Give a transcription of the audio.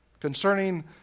Concerning